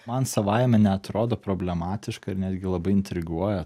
man savaime neatrodo problematiška ir netgi labai intriguoja